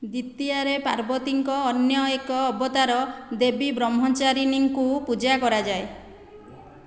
ଦ୍ୱିତୀୟାରେ ପାର୍ବତୀଙ୍କ ଅନ୍ୟ ଏକ ଅବତାର ଦେବୀ ବ୍ରହ୍ମଚାରିଣୀଙ୍କୁ ପୂଜା କରାଯାଏ